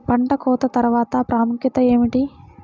పంట కోత తర్వాత ప్రాముఖ్యత ఏమిటీ?